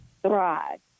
Thrive